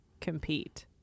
compete